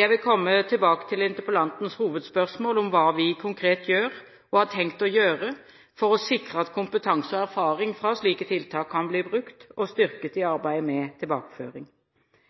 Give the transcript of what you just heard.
Jeg vil komme tilbake til interpellantens hovedspørsmål om hva vi konkret gjør, og har tenkt å gjøre, for å sikre at kompetanse og erfaring fra slike tiltak kan bli brukt og styrket i arbeidet med tilbakeføring.